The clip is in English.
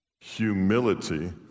humility